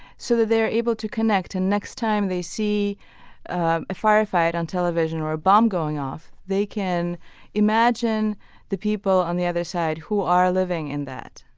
so they are able to connect. next time they see ah a firefight on television or a bomb going off, they can imagine the people on the other side who are living in that